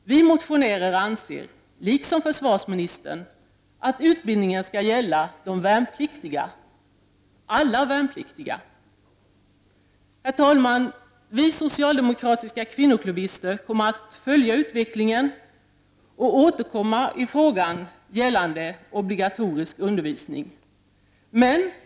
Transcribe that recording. Vi motionärer anser liksom försvarsministern att utbildningen skall gälla de värnpliktiga, alla värnpliktiga. Herr talman! Vi socialdemokratiska kvinnoklubbister kommer att följa utvecklingen och återkomma i frågan gällande obligatorisk undervisning.